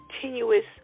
continuous